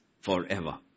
forever